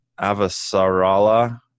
avasarala